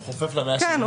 הוא חופף ל-172,000.